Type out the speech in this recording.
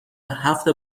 هفت